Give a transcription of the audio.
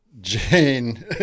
Jane